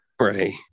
right